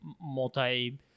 multi